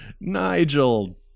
Nigel